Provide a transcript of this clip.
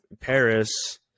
Paris